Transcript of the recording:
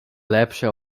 lepsze